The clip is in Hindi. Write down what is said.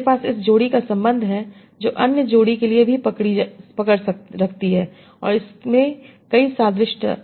मेरे पास इस जोड़ी का संबंध है जो अन्य जोड़ी के लिए भी पकड़ रखती है और इससे कई सादृश्यता